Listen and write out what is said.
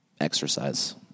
exercise